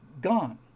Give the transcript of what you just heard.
Gone